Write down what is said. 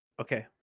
Okay